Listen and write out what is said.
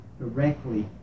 directly